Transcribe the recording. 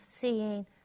seeing